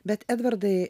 bet edvardai